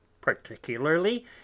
particularly